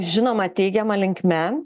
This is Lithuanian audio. žinoma teigiama linkme